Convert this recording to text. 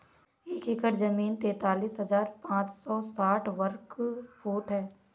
एक एकड़ जमीन तैंतालीस हजार पांच सौ साठ वर्ग फुट है